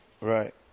Right